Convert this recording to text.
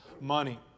money